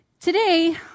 Today